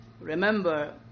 remember